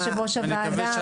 יושב-ראש הוועדה,